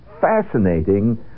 fascinating